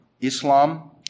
Islam